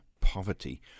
poverty